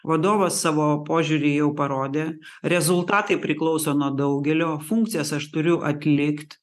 vadovas savo požiūrį jau parodė rezultatai priklauso nuo daugelio funkcijas aš turiu atlikt